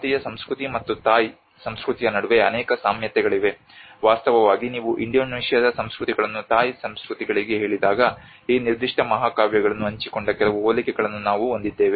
ಭಾರತೀಯ ಸಂಸ್ಕೃತಿ ಮತ್ತು ಥಾಯ್ ಸಂಸ್ಕೃತಿಯ ನಡುವೆ ಅನೇಕ ಸಾಮ್ಯತೆಗಳಿವೆ ವಾಸ್ತವವಾಗಿ ನೀವು ಇಂಡೋನೇಷ್ಯಾದ ಸಂಸ್ಕೃತಿಗಳನ್ನು ಥಾಯ್ ಸಂಸ್ಕೃತಿಗಳಿಗೆ ಹೇಳಿದಾಗ ಈ ನಿರ್ದಿಷ್ಟ ಮಹಾಕಾವ್ಯವನ್ನು ಹಂಚಿಕೊಂಡ ಕೆಲವು ಹೋಲಿಕೆಗಳನ್ನು ನಾವು ಹೊಂದಿದ್ದೇವೆ